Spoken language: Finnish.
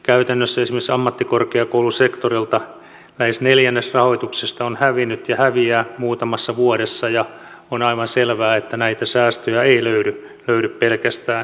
käytännössä esimerkiksi ammattikorkeakoulusektorilta lähes neljännes rahoituksesta on hävinnyt ja häviää muutamassa vuodessa ja on aivan selvää että näitä säästöjä ei löydy pelkästään seinistä